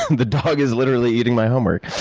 the dog is literally eating my homework.